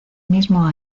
mismo